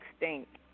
extinct